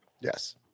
yes